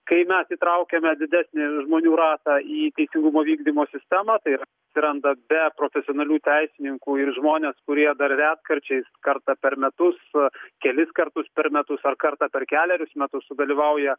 kai mes įtraukiame didesnį žmonių ratą į teisingumo vykdymo sistemą tai yra atsiranda be profesionalių teisininkų ir žmonės kurie dar retkarčiais kartą per metus kelis kartus per metus ar kartą per kelerius metus sudalyvauja